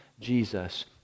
jesus